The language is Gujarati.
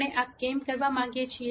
આપણે આ કેમ કરવા માંગીએ છીએ